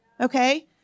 okay